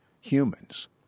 humans